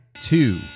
two